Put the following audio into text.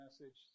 message